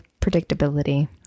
predictability